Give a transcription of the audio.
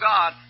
God